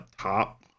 top